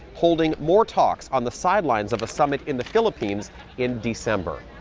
holding more talks on the sidelines of a summit in the philippines in december.